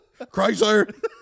Chrysler